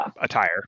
attire